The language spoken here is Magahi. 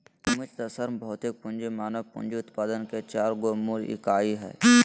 भूमि तथा श्रम भौतिक पूँजी मानव पूँजी उत्पादन के चार गो मूल इकाई हइ